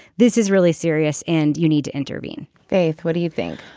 this is really serious and you need to intervene faith what do you think.